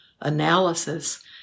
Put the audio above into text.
analysis